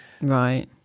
right